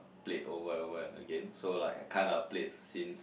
played over and over again so I was kind of played since